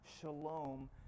shalom